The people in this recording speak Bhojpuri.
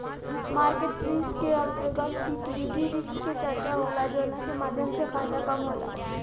मार्केट रिस्क के अंतर्गत इक्विटी रिस्क के चर्चा होला जावना के माध्यम से फायदा कम होला